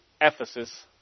Ephesus